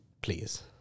please